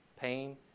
pain